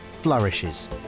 flourishes